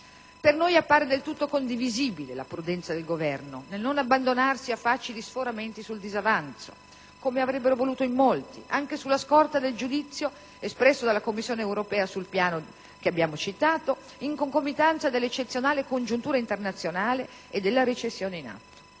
A noi appare poi del tutto condivisibile la prudenza del Governo nel non abbandonarsi a facili sforamenti sul disavanzo, come avrebbero voluto in molti, anche sulla scorta del giudizio espresso dalla Commissione europea sul piano che abbiamo citato, in concomitanza dell'eccezionale congiuntura internazionale e della recessione in atto.